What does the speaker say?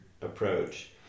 approach